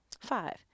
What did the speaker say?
Five